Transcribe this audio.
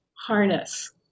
harness